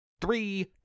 Three